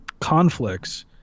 conflicts